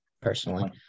personally